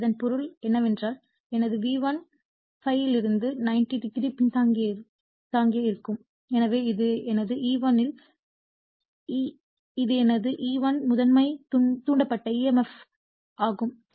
எனவே இதன் பொருள் என்னவென்றால் எனது V1 ∅ இலிருந்து 90 o பின்தங்கியதாக இருக்கும் எனவே இது எனது E1 இது எனது E1 முதன்மை தூண்டப்பட்ட EMF ஆகும்